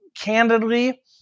Candidly